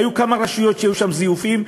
היו כמה רשויות שהיו בהן זיופים,